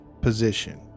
position